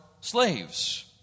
slaves